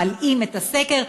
מלאים את הסקר.